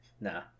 nah